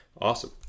Awesome